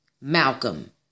Malcolm